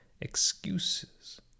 excuses